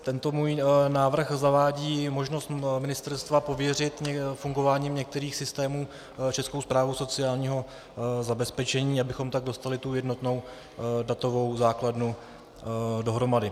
Tento můj návrh zavádí možnost ministerstva pověřit fungováním některých systémů Českou správu sociálního zabezpečení, abychom tak dostali tu jednotnou datovou základnu dohromady.